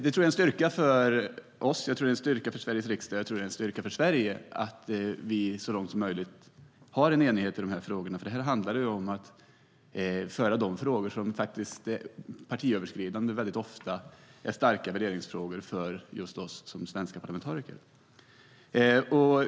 Jag tror att det är en styrka för Sveriges riksdag och för Sverige att vi så långt som möjligt har denna enighet, för detta handlar om att driva frågor som partiöverskridande väldigt ofta är starka värderingsfrågor för oss svenska parlamentariker.